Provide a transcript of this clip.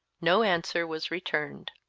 no answer was returned.